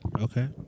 Okay